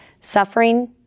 Suffering